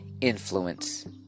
influence